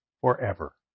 forever